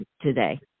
today